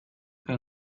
que